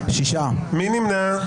מי נמנע?